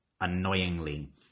annoyingly